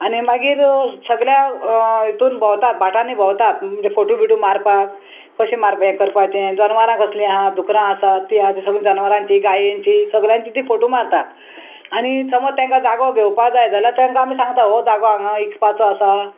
आनी मागीर सगळ्या हितून भोंवतात भाटांनी भोंवतात म्हणजे फोटू बिटू मारपाक कशें मारप हें करपाचें जनवरां कसलीं आहा दुकरां आसात तीं आसा जनवरांचीं गायेचीं सगल्यांची तीं फोटू मारतात आनी समज तेंकां जागो घेवपा जाय जाल्यार तेंकां आमी सांगता हो जागो हांगा इकपाचो आसा